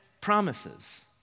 promises